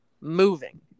moving